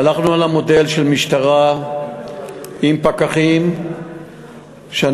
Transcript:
הלכנו על המודל של משטרה עם פקחים שאנחנו,